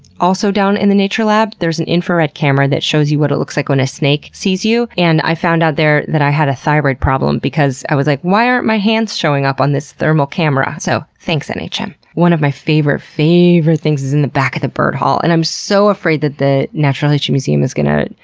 also down in the nature lab, there's an infrared camera that shows you what it looks like when a snake sees you. and i found out there that i had a thyroid problem because i was like, why aren't my hands showing up on this thermal camera? so thanks, nhm. one of my favorite, favorite things is in the back of the bird hall and i'm so afraid that the natural history museum is going to,